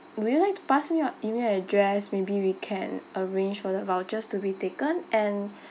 would you like to pass me your email address maybe we can arrange for the vouchers to be taken and